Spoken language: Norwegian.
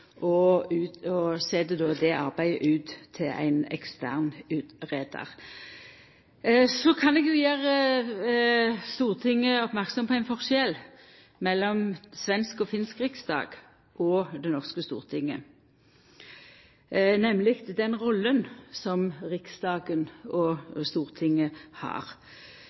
me ut til ein ekstern utgreiar. Så kan eg gjera Stortinget merksam på ein forskjell mellom svensk og finsk riksdag og Det norske stortinget – det gjeld den rolla som Riksdagen og Stortinget har.